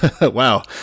wow